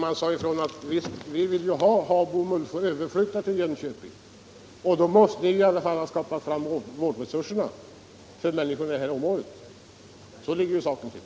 Man svarar alltså: Vi vill ha Habo och Mullsjö överflyttade till Jönköping. Och i så fall skulle ni ju i alla fall ha varit tvingade att skaffa fram vårdresurser för människorna i det här området. — Så ligger saken till.